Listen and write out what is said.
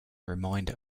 reminder